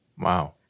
Wow